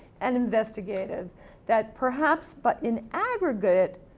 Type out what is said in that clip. and investigative that perhaps, but in aggregate,